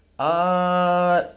uh